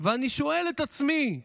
ואני שואל את עצמי,